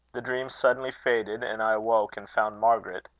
the dream suddenly faded, and i awoke, and found margaret.